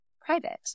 private